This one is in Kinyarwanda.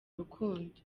rukundo